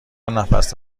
نفس